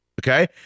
okay